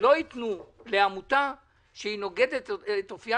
שלא ייתנו לעמותה שהיא נוגדת את אופייה